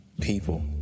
people